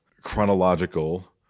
chronological